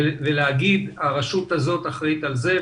ולהגיד הרשות הזאת אחראית על זה,